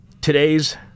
today's